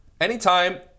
Anytime